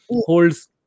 holds